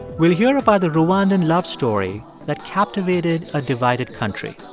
we'll hear about the rwandan love story that captivated a divided country.